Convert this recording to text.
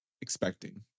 expecting